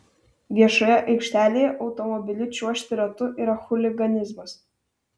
viešoje aikštelėje automobiliu čiuožti ratu yra chuliganizmas